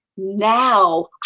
now